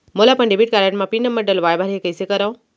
मोला अपन debit card म पिन नंबर डलवाय बर हे कइसे करव?